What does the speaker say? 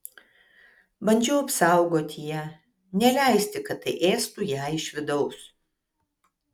bandžiau apsaugoti ją neleisti kad tai ėstų ją iš vidaus